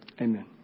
Amen